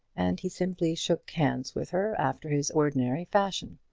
and he simply shook hands with her after his ordinary fashion.